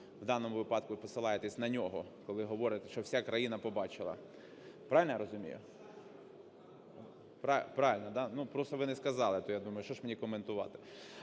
в даному випадку посилаєтесь на нього, коли говорите, що вся країна побачила. Правильно я розумію? Правильно, да. Ну, просто ви не сказали, то я думаю, що ж мені коментувати.